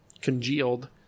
congealed